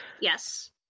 Yes